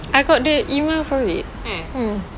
I got the email for it mm